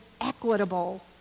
equitable